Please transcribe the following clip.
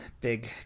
Big